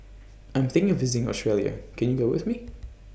I'm thinking of visiting Australia Can YOU Go with Me